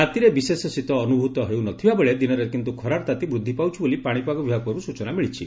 ରାତିରେ ବିଶେଷ ଶୀତ ଅନୁଭ୍ରତ ହେଉ ନ ଥିବାବେଳେ ଦିନରେ କିନ୍ତୁ ଖରାର ତାତି ବୃଦ୍ଧି ପାଉଛି ବୋଲି ପାଶିପାଗ ବିଭାଗ ପକ୍ଷରୁ ସୂଚନା ମିଳିଛି